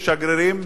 משגרירים,